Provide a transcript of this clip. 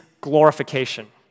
glorification